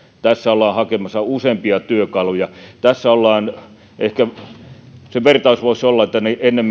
tässä ollaan hakemassa useampia työkaluja ehkä se vertaus voisi olla että ennen